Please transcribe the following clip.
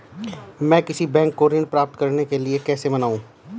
मैं किसी बैंक को ऋण प्राप्त करने के लिए कैसे मनाऊं?